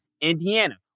Indiana